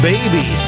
Baby